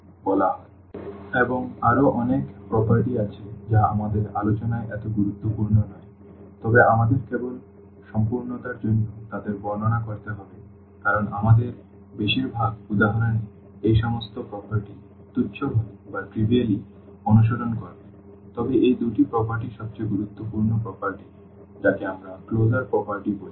uv∈V∀uv∈V u∈V∀λ∈Ru∈V এবং আরও অনেক বৈশিষ্ট্য আছে যা আমাদের আলোচনায় এত গুরুত্বপূর্ণ নয় তবে আমাদের কেবল সম্পূর্ণতার জন্য তাদের বর্ণনা করতে হবে কারণ আমাদের বেশিরভাগ উদাহরণে এই সমস্ত বৈশিষ্ট্য তুচ্ছ ভাবে অনুসরণ করবে তবে এই দুটি বৈশিষ্ট্য সবচেয়ে গুরুত্বপূর্ণ বৈশিষ্ট্য যাকে আমরা ক্লোজার প্রপার্টি বলি